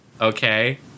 okay